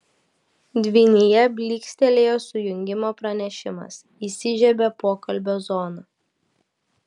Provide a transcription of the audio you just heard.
dvynyje blykstelėjo sujungimo pranešimas įsižiebė pokalbio zona